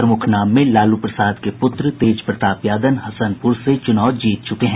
प्रमुख नाम में लालू प्रसाद के पुत्र तेज प्रताप यादव हसनपुर से चूनाव जीत चूके है